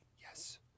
yes